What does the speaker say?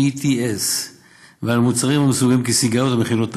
HEETS ועל מוצרים המסווגים כסיגריות המכילות טבק.